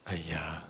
!aiya!